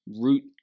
root